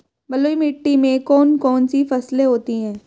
बलुई मिट्टी में कौन कौन सी फसलें होती हैं?